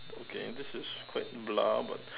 okay this is quite blah but